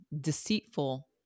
deceitful